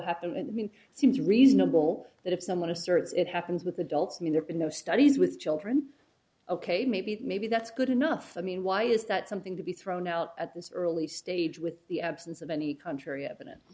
happen to me it seems reasonable that if someone asserts it happens with adults mean there are no studies with children ok maybe maybe that's good enough i mean why is that something to be thrown out at this early stage with the absence of any country eviden